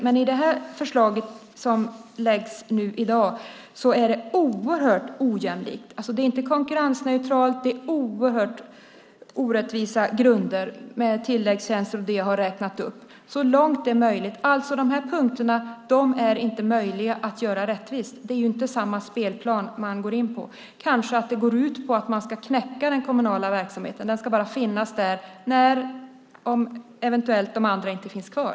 Men i det förslag som läggs fram i dag är det oerhört ojämlikt. Det är inte konkurrensneutralt. Det är oerhört orättvisa grunder med tilläggstjänster och det jag har räknat upp. Så långt det är möjligt - de här punkterna är inte möjliga att göra rättvisa. Det är inte samma spelplan man går in på. Kanske det går ut på att man ska knäcka den kommunala verksamheten. Den ska bara finnas där om de andra eventuellt inte finns kvar.